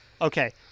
okay